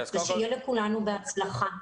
שיהיה לכולנו בהצלחה.